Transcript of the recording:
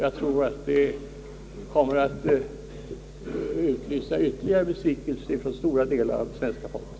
Jag tror att detta kommer att medföra ytterligare besvikelser för stora delar av svenska folket.